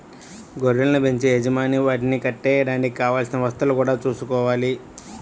గొర్రెలను బెంచే యజమాని వాటిని కట్టేయడానికి కావలసిన వసతులను గూడా చూసుకోవాలి